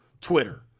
twitter